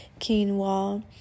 quinoa